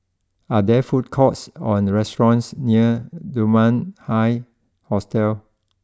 are there food courts or restaurants near Dunman High Hostel